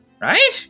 Right